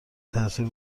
تأثیر